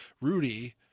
Rudy